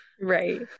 Right